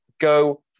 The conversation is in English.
go